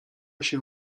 się